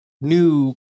new